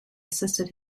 assisted